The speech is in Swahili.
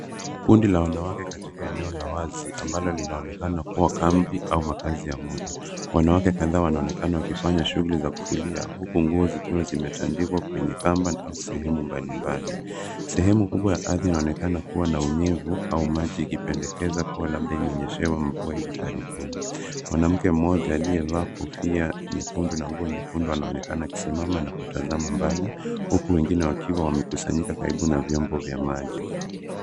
Kundi la wanawake katika eneo la wazi ambalo linaonekana kuwa kambi au makazi ya muda. Wanawake kadhaa wanaonekana wakifanya shughuli za kufulia huku nguo zikiwa zimetandikwa kwenye kamba au sehemu mbali mbali. Sehemu kubwa ya ardhi inaonekana kuwa na unyevu au maji ikipendekeza kuwa labda imenyeshewa mvua ivi karibuni. Mwanamke mmoja aliyeva kofia nyekundu na nguo nyekundu anaonekana akisimama na kutazama mbali. Huku wengine wakiwa wamekusanyika karibu na vyombo vya maji.